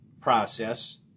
process